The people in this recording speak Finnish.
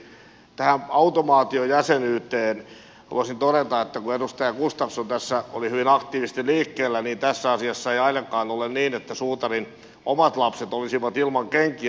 tästä automaatiojäsenyydestä voisin todeta että kun edustaja gustafsson tässä oli hyvin aktiivisesti liikkeellä niin tässä asiassa ei ainakaan ole niin että suutarin omat lapset olisivat ilman kenkiä